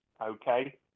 okay